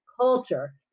culture